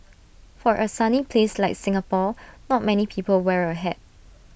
for A sunny place like Singapore not many people wear A hat